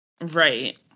right